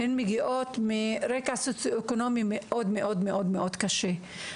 הן מגיעות מרקע סוציואקונומי מאוד מאוד קשה.